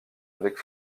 avec